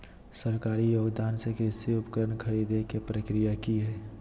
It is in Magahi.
सरकारी योगदान से कृषि उपकरण खरीदे के प्रक्रिया की हय?